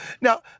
Now